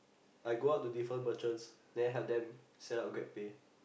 I go out to different merchants then help then set up grabpay